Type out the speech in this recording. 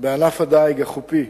בענף הדיג החופי,